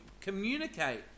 communicate